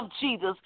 Jesus